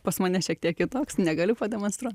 pas mane šiek tiek kitoks negaliu pademonstruot